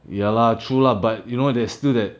ya lah true lah but you know there's still that